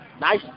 Nice